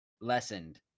lessened